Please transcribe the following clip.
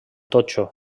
totxo